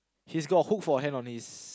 he's got a hook for hand on his